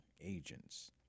agents